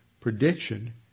prediction